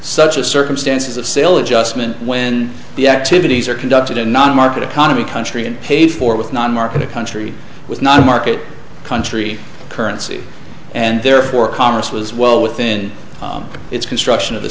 such a circumstances of sale of just mint when the activities are conducted in non market economy country and paid for with not market a country with not a market country currency and therefore congress was well within its construction of the